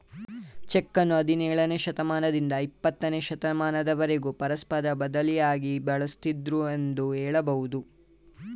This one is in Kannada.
ಚೆಕ್ಕನ್ನು ಹದಿನೇಳನೇ ಶತಮಾನದಿಂದ ಇಪ್ಪತ್ತನೇ ಶತಮಾನದವರೆಗೂ ಪರಸ್ಪರ ಬದಲಿಯಾಗಿ ಬಳಸುತ್ತಿದ್ದುದೃ ಎಂದು ಹೇಳಬಹುದು